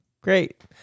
Great